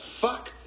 fuck